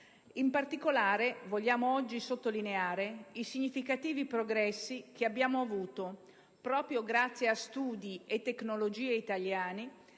In particolare, vogliamo oggi sottolineare i significativi progressi che abbiamo avuto, proprio grazie a studi e tecnologie italiane,